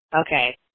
okay